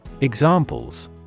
Examples